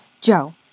Joe